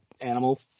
animal